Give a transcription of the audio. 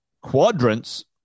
quadrants